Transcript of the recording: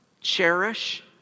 cherish